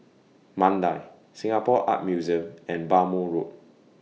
Mandai Singapore Art Museum and Bhamo Road